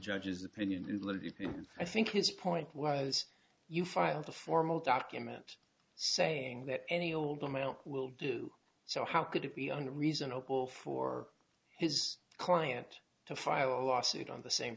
judge's opinion and i think his point was you filed a formal document saying that any older male will do so how could it be under reasonable for his client to file a lawsuit on the same